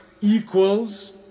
equals